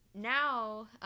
now